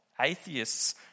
Atheists